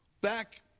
Back